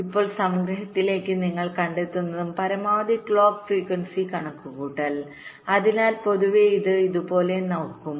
ഇപ്പോൾ സംഗ്രഹത്തിലേക്ക് നിങ്ങൾ കണ്ടതെന്തും പരമാവധി ക്ലോക്ക് ഫ്രീക്വൻസി കണക്കുകൂട്ടൽ അതിനാൽ പൊതുവേ ഇത് ഇതുപോലെ നോക്കും